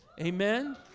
Amen